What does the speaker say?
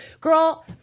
Girl